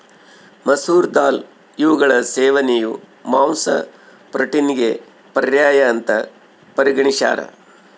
ಮಸೂರ ದಾಲ್ ಇವುಗಳ ಸೇವನೆಯು ಮಾಂಸ ಪ್ರೋಟೀನಿಗೆ ಪರ್ಯಾಯ ಅಂತ ಪರಿಗಣಿಸ್ಯಾರ